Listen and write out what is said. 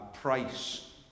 price